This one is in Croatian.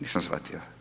Nisam shvatio.